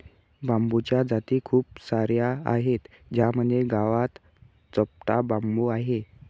बांबूच्या जाती खूप सार्या आहेत, माझ्या गावात चपटा बांबू आहे